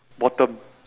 bottom